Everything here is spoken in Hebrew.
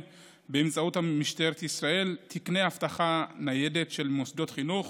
באמצעות משטרת ישראל תקני אבטחה ניידת של מוסדות חינוך